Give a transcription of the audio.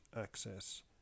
Access